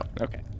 okay